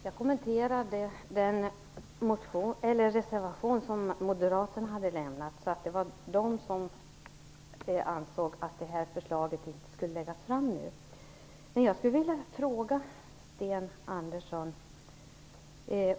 Herr talman! Jag kommenterade den reservation som Moderaterna hade gjort. Det var alltså Moderaterna som ansåg att detta förslag inte skulle läggas fram nu. Jag vill fråga Sten Andersson